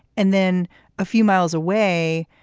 and then a few miles away,